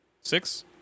Six